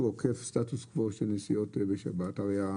סטטוס קוו של נסיעות בשבת.